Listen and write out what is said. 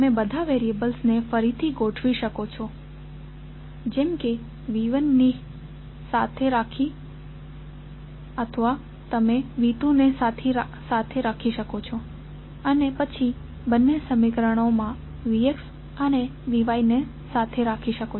તમે બધા વેરીઅબલ્સને ફરીથી ગોઠવી શકો છો જેમ કે V1 ને સાથે રાખી શકો છો તમે V2 ને સાથે રાખી શકો છો અને પછી બંને સમીકરણોમાં VX અને Vy ને સાથે રાખી શકો છો